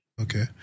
Okay